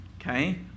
okay